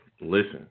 listen